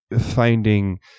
finding